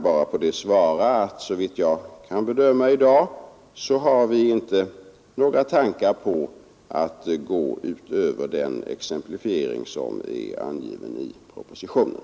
Jag kan på det bara svara att såvitt jag kan bedöma i dag har vi inte några tankar på att gå utöver den exemplifiering som är angiven i propositionen.